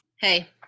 Hey